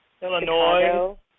Illinois